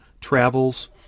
travels